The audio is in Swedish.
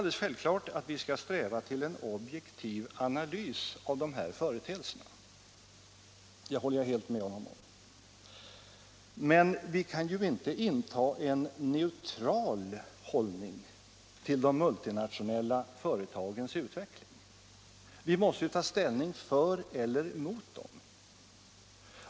Självklart skall vi sträva till en objektiv analys av de här företeelserna, det håller jag helt med honom om. Men vi kan inte inta en neutral hållning till de multinationella företagens utveckling utan måste ta ställning för eller mot dem.